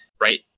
right